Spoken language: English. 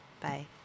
Bye